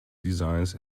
designs